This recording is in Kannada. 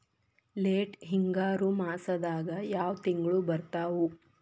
ಲೇಟ್ ಹಿಂಗಾರು ಮಾಸದಾಗ ಯಾವ್ ತಿಂಗ್ಳು ಬರ್ತಾವು?